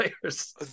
players